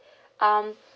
um